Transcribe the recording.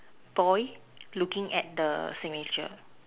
boy looking at the signature